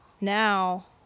now